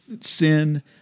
sin